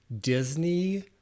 Disney